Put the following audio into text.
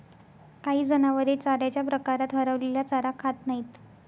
काही जनावरे चाऱ्याच्या प्रकारात हरवलेला चारा खात नाहीत